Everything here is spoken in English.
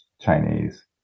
Chinese